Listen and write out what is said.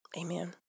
Amen